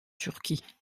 turquie